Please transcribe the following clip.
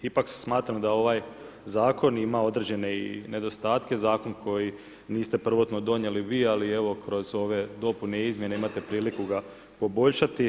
Ipak smatram da ovaj zakon ima i određene nedostatke, zakon koji niste prvotno donijeli vi, ali evo, kroz ove dopune i izmjene imate priliku ga poboljšati.